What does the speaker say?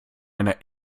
einer